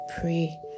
pray